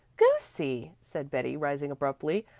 goosie! said betty, rising abruptly.